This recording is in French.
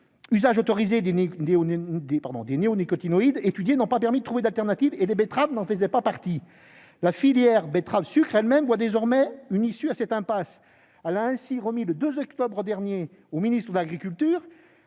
usages autorisés des néonicotinoïdes étudiés n'ont pas permis de trouver de solution de substitution, et les betteraves n'en faisaient pas partie. La filière betterave-sucre elle-même voit désormais une issue à cette impasse. Ainsi, le 2 octobre dernier, elle a remis au ministre de l'agriculture